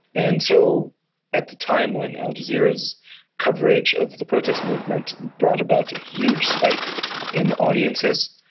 and so at the time when al jazeera's coverage of the protest movement brought about a huge spike in audiences,